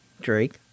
Drake